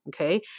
okay